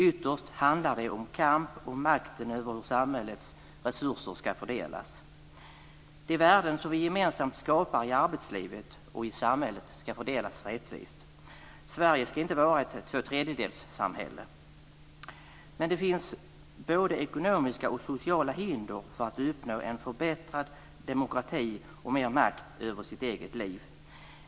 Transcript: Ytterst handlar det om kamp om makten över hur samhällets resurser ska fördelas. De värden som vi gemensamt skapar i arbetslivet och i samhället ska fördelas rättvist. Sverige ska inte vara ett tvåtredjedelssamhälle. Men det finns både ekonomiska och sociala hinder för att uppnå en förbättrad demokrati och mer makt över sitt eget liv.